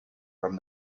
from